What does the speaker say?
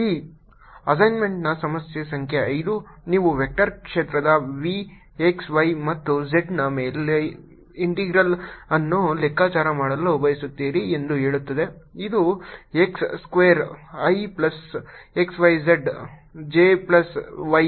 ಈ ಅಸೈನ್ಮೆಂಟ್ನ ಸಮಸ್ಯೆ ಸಂಖ್ಯೆ 5 ನೀವು ವೆಕ್ಟರ್ ಕ್ಷೇತ್ರದ V x y ಮತ್ತು z ನ ಮೇಲ್ಮೈ ಇಂಟೆಗ್ರಲ್ ಅನ್ನು ಲೆಕ್ಕಾಚಾರ ಮಾಡಲು ಬಯಸುತ್ತೀರಿ ಎಂದು ಹೇಳುತ್ತದೆ ಇದು x square i plus x y z j plus y